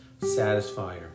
satisfier